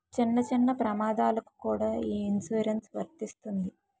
చిన్న చిన్న ప్రమాదాలకు కూడా ఈ ఇన్సురెన్సు వర్తిస్తుంది